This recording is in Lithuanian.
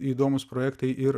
įdomūs projektai ir